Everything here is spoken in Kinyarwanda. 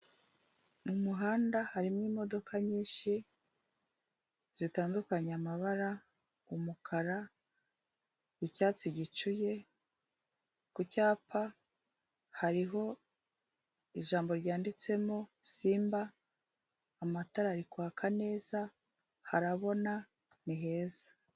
Mu muhanda harimo imodoka nyinshi zitandukanye amabara, umukara, icyatsi gicuye, ku cyapa hariho ijambo ryanditsemo simba, amatara ari kwaka neza, harabona, ni heza.